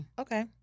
Okay